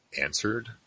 answered